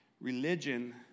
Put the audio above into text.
religion